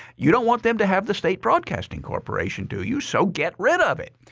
you don't want them to have the state broadcasting corporation, do you? so get rid of it!